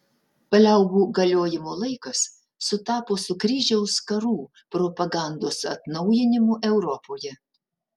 paliaubų galiojimo laikas sutapo su kryžiaus karų propagandos atnaujinimu europoje